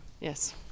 Yes